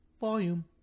Volume